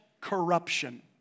corruption